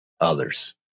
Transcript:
others